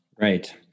right